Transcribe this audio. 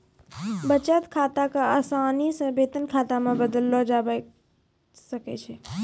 बचत खाता क असानी से वेतन खाता मे बदललो जाबैल सकै छै